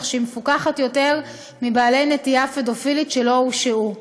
כך שהיא מפוקחת יותר מבעלי נטייה פדופילית שלא הורשעו.